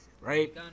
Right